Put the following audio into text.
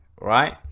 right